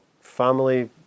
family